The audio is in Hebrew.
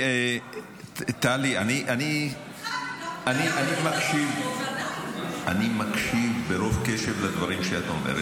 טלי, אני מקשיב ברוב קשב לדברים שאת אומרת.